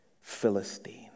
Philistine